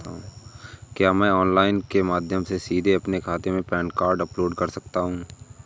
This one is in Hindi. क्या मैं ऑनलाइन के माध्यम से सीधे अपने खाते में पैन कार्ड अपलोड कर सकता हूँ?